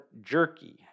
Jerky